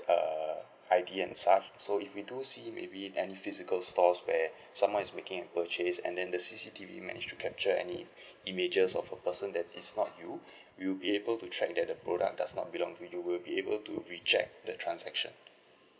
err I_D and such so if we do see maybe any physical stores where someone is making a purchase and then the C_C_T_V match we can check any images of a person that is not you we will be able to check that the product does not belong to you we'll be able to reject the transaction